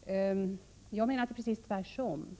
för brister i demokratiskt hänseende i u-länderna. Jag menar att det är precis tvärtom.